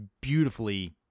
beautifully